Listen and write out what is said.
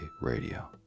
radio